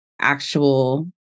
actual